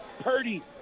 Purdy